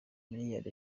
miliyari